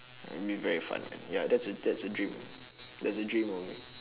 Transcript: will be very fun ya that's a that's a dream that's a dream of me